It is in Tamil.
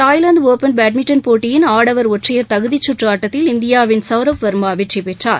தாய்வாந்து ஒபன் பேட்மிண்டன் போட்டியின் ஆடவர் ஒற்றையர் தகுதிக்கற்று ஆட்டத்தில் இந்தியாவின் சௌரப் வர்மா வெற்றி பெற்றார்